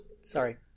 sorry